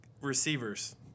receivers